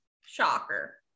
Shocker